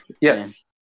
Yes